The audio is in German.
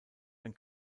ein